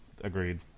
Agreed